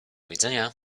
widzenia